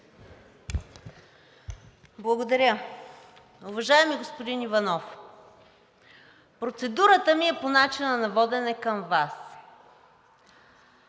Благодаря. Уважаеми господин Иванов, процедурата ми е по начина на водене към Вас